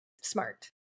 smart